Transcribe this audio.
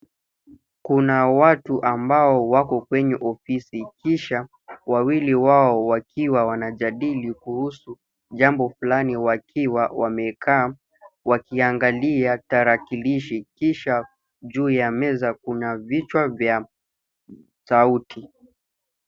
Kuna watu ambao wako kwenye ofisi kisha wawili wao wakiwa wanajadili kuhusu jambo fulani wakiwa wamekaa wakiangalia tarakilishi kisha juu ya meza kuna vichwa vya sauti.